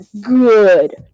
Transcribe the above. good